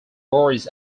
boards